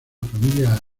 familia